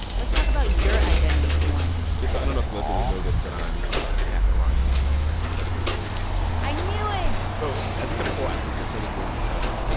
let's talk about your identity for once yeah. so i don't know if the listeners know this, but i'm ah half iranian and half puerto rican i knew it so as we've said before, i took the twenty three andme test.